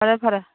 ꯐꯔꯦ ꯐꯔꯦ